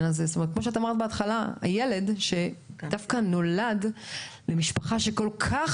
יכול להיות שהילד שנולד דווקא למשפחה שכל כך